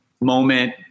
moment